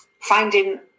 finding